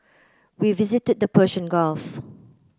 we visited the Persian Gulf